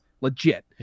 Legit